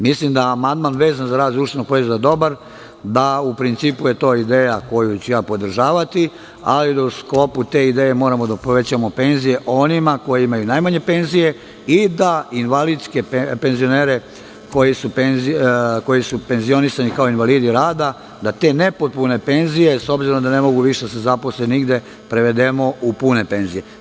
Mislim da je amandman vezan za rast društvenog proizvoda dobar, da je to, u principu, ideja koju ću podržavati, ali u sklopu te ideje moramo da povećamo penzije onima koji imaju najmanje penzije i da invalidske penzionere koji su penzionisani kao invalidi rada, da te nepotpune penzije, s obzirom da ne mogu više da se zaposle nigde, prevedemo u pune penzije.